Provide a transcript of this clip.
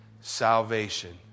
salvation